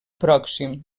pròxim